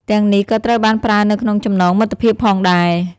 ទាំងនេះ ក៏ត្រូវបានប្រើនៅក្នុងចំណងមិត្តភាពផងដែរ។